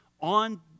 on